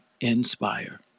Inspire